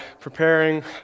preparing